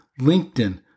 LinkedIn